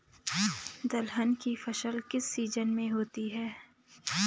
दलहन की फसल किस सीजन में होती है?